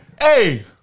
Hey